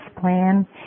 plan